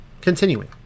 Continuing